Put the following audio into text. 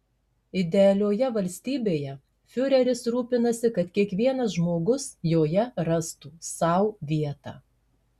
idealioje valstybėje fiureris rūpinasi kad kiekvienas žmogus joje rastų sau vietą